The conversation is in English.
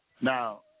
Now